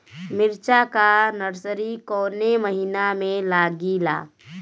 मिरचा का नर्सरी कौने महीना में लागिला?